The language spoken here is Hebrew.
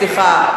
סליחה.